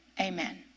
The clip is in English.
Amen